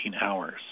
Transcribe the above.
hours